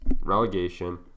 Relegation